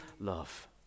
love